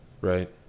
Right